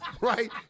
right